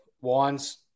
Wines